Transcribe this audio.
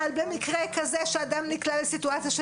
אבל במקרה כזה שאדם נקלע לסיטואציה של